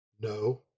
No